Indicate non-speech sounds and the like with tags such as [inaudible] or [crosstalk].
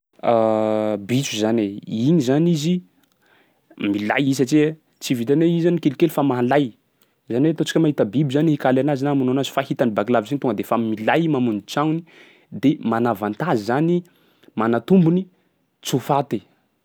[hesitation] Bitro zany e! igny zany izy milay i satsia tsy vitan'ny hoe izy zany kelikely fa mahalay. Zany hoe ataontsika hoe mahita biby zany hikaly anazy na hamono anazy fa hitany baky lavitry igny, tonga de fa milay i mamonjy tragnony de mana avantage zany i, mana tombony tsy ho faty.